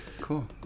cool